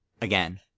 Again